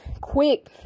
quick